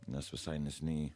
nes visai neseniai